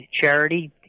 charity